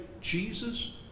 Jesus